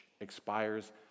expires